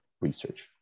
research